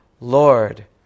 Lord